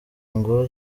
ngo